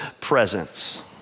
presence